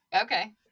Okay